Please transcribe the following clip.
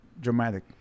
dramatic